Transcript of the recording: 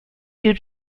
due